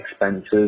expenses